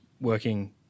working